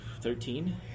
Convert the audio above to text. Thirteen